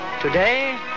Today